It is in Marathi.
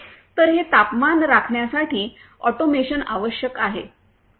तर हे तापमान राखण्यासाठी ऑटोमेशन आवश्यक आहे